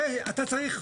אתה צריך,